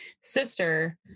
sister